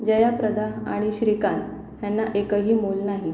जयाप्रदा आणि श्रीकांत यांना एकही मूल नाही